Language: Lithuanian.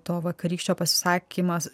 to vakarykščio pasisakymas